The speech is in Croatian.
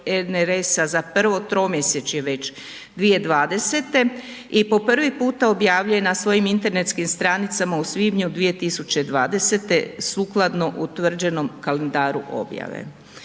za prvo tromjesečje već 2020. i po prvi puta objavljuje na svojim internetskim stranicama u svibnju 2020. sukladno utvrđenom kalendaru objave.